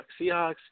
Seahawks